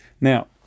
Now